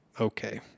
Okay